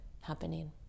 happening